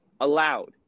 allowed